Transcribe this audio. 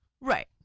Right